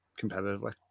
competitively